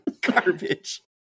garbage